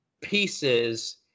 pieces